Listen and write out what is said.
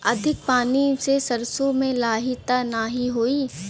अधिक पानी से सरसो मे लाही त नाही होई?